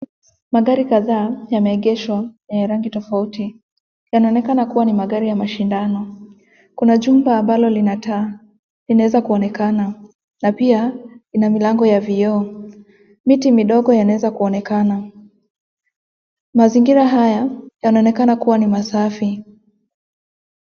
Magari kadha yameegeshwa na ya rangi tofauti. Yanaonekana kuwa ni magari ya mashindano. Kuna jumba ambalo lina taa. Inaeza kuonekana na pia ina milango ya vioo. Miti midogo yanaweza kuonekana. Mazingira haya yanaonekana kua ni masafi.